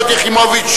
תוכנית לשילוב מקבלי,